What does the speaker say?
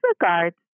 regards